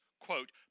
quote